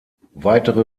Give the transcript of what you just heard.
weitere